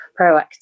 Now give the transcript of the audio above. proactive